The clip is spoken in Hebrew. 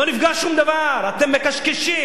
לא נפגע שום דבר, אתם מקשקשים.